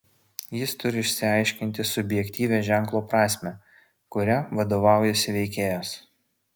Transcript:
jis turi išsiaiškinti subjektyvią ženklo prasmę kuria vadovaujasi veikėjas